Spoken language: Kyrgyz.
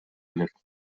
элек